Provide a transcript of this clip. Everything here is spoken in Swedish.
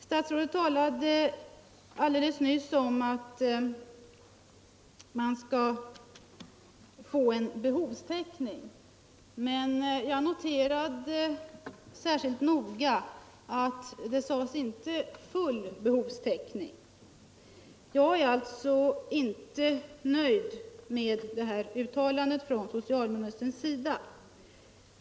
Statsrådet talade alldeles nyss om att man skall få en behovstäckning, men jag noterade särskilt noga att det inte sades ”full behovstäckning”. Jag är alltså inte nöjd med detta uttalande av socialministern.